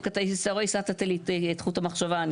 הסטת לי את חוט המחשבה.